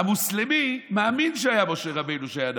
המוסלמי מאמין שהיה משה רבנו שהיה נביא.